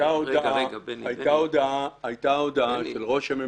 הייתה הודעה --- רגע, רגע, בני.